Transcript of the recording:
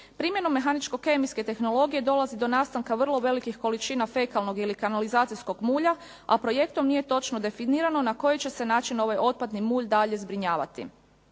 Primjenom mehaničko-kemijske tehnologije dolazi do nastanka vrlo velikih veličina fekalnih ili kanalizacijskog mulja, a projektom nije točno definirano na koji će se način ovaj otpadni mulj dalje zbrinjavati.